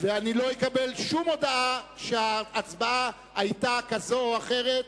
אני לא אקבל שום הודעה שההצבעה היתה כזו או אחרת,